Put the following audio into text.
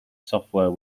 software